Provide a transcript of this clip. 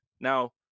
Now